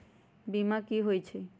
बीमा कि होई छई?